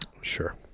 Sure